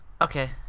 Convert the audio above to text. Okay